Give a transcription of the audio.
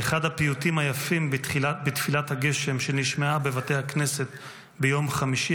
באחד הפיוטים היפים בתפילת הגשם שנשמעה בבתי הכנסת ביום חמישי